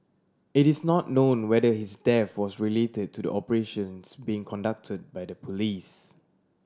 it is not known whether his death was related to the operations being conducted by the police